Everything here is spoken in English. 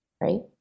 right